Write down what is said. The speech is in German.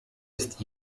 ist